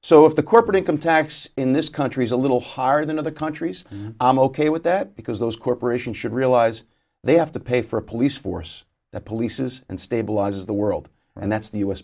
so if the corporate income tax in this country is a little higher than other countries i'm ok with that because those corporations should realize they have to pay for a police force that polices and stabilize the world and that's the u